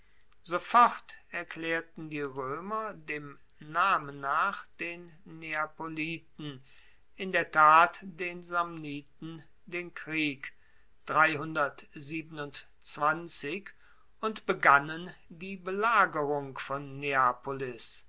sofort erklaerten die roemer dem namen nach den neapoliten in der tat den samniten den krieg und begannen die belagerung von neapolis